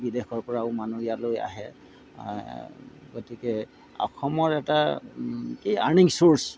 বিদেশৰ পৰাও মানুহ ইয়ালৈ আহে গতিকে অসমৰ এটা কি আৰ্নিং চ'ৰ্ছ